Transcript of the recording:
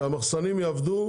שהמחסנים יעבדו